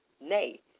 Nay